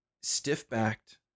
stiff-backed